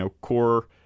core